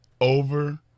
over